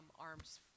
Arms